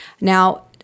Now